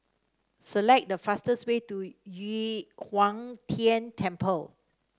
select the fastest way to Yu Huang Tian Temple